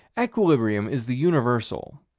equilibrium is the universal,